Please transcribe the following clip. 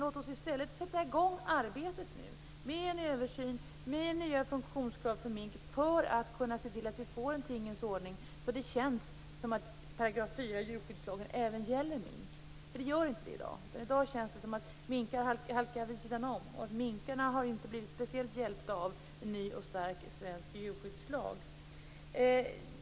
Låt oss i stället sätta i gång arbetet med en översyn nu, med nya funktionskrav för mink, för att kunna se till att vi får en tingens ordning som gör att det känns som om 4 § i djurskyddslagen även gäller mink. Det gör det inte i dag. Det känns som om minkarna har halkat vid sidan om och att minkarna inte har blivit särskilt hjälpta av en ny stark svensk djurskyddslag.